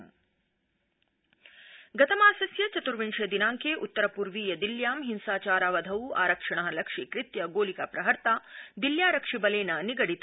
दिल्ली निगडनम् गतमासस्य चतर्विंशे दिनांके उत्तर पर्वीय नवदिल्ल्यां हिंसाचारावधौ आरक्षिण लक्ष्यीकृत्य गोलिका प्रहर्ता दिल्यारक्षिबलेन निगडित